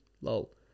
lol